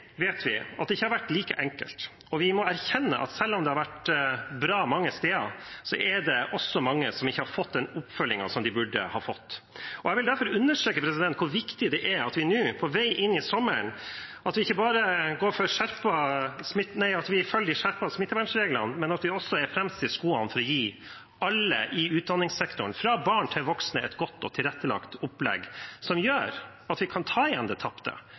vet vi at det ikke har vært like enkelt, og vi må erkjenne at selv om det har vært bra mange steder, er det også mange som ikke har fått den oppfølgingen de burde ha fått. Jeg vil derfor understreke hvor viktig det er at vi nå, på vei inn i sommeren, ikke bare følger de skjerpede smittevernreglene, men at vi også er fremst i skoene for å gi alle i utdanningssektoren – fra barn til voksne – et godt og tilrettelagt opplegg som gjør at man kan ta igjen det tapte,